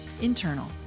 internal